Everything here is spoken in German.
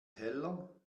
teller